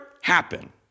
happen